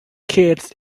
kids